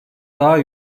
daha